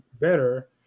better